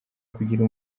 kugira